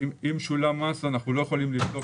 אם שולם מס אנחנו לא יכולים לבדוק את זה.